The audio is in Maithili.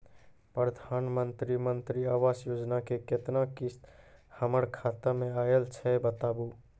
प्रधानमंत्री मंत्री आवास योजना के केतना किस्त हमर खाता मे आयल छै बताबू?